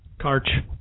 Karch